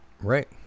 Right